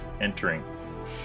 entering